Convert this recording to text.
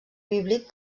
bíblic